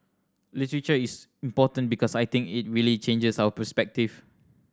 literature is important because I think it really changes our perspective